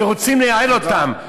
ורוצים לייעל אותן.